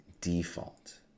default